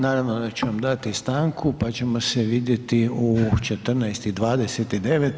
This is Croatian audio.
Naravno da ću vam dati stanku pa ćemo se vidjeti u 14,29.